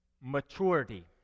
maturity